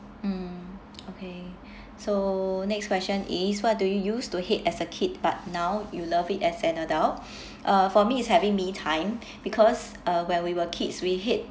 mm okay so next question is what do you used to hate as a kid but now you love it as an adult uh for me is having me time because uh when we were kids we hate